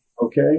Okay